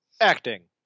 Acting